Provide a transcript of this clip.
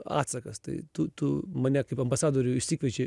atsakas tai tu tu mane kaip ambasadorių išsikviečia